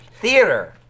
Theater